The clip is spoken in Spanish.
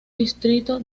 distrito